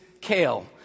kale